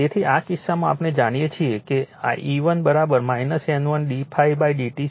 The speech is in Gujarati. તેથી આ કિસ્સામાં આપણે જાણીએ છીએ કે E1 N1 d ∅ dt છે